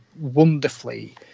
wonderfully